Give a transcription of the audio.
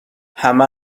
همه